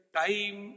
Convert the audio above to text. time